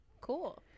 cool